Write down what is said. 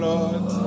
Lord